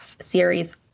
series